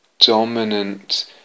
dominant